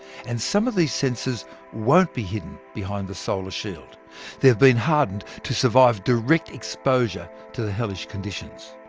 and some of these sensors won't be hidden behind the solar shield they've been hardened to survive direct exposure to the hellish conditions.